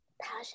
passion